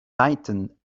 tightened